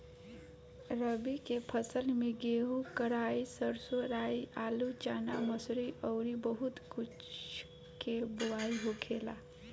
रबी के फसल में गेंहू, कराई, सरसों, राई, आलू, चना, मसूरी अउरी बहुत कुछ के बोआई होखेला